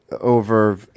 over